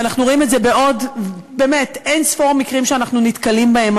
ואנחנו רואים את זה בעוד אין-ספור מקרים שאנחנו נתקלים בהם.